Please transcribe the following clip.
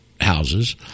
houses